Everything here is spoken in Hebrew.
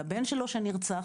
לבן שלו שנרצח,